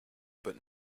but